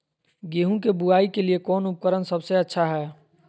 गेहूं के बुआई के लिए कौन उपकरण सबसे अच्छा है?